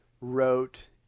wrote